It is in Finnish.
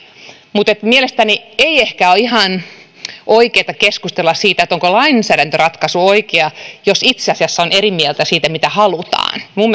mutta mielestäni ei ehkä ole ihan oikein keskustella siitä onko lainsäädäntöratkaisu oikea jos itse asiassa on eri mieltä siitä mitä halutaan minun